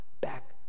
back